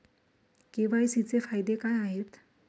KYC चे फायदे काय आहेत?